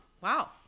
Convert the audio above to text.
wow